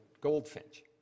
Goldfinch